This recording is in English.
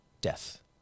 death